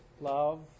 love